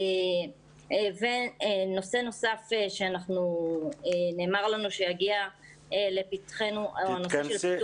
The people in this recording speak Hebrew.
נושא נוסף שנאמר לנו שיגיעו לפתחנו -- (היו"ר